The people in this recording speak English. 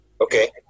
Okay